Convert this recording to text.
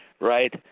right